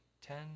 ten